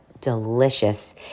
delicious